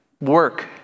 work